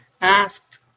asked